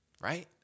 Right